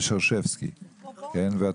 שרשבסקי, יו"ר ועדת